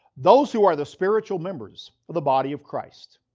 those who are the spiritual members of the body of christ.